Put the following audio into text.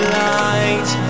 light